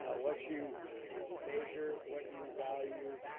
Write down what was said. ah what you measure, what you value,